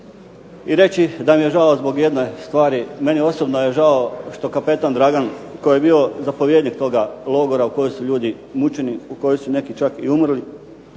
i reći da mi je žao zbog jedne stvari. Meni osobno je žao što kapetan Dragan koji je bio zapovjednik toga logora u kojem su ljudi mučeni, u kojem su neki čak i umrli